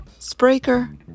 Spraker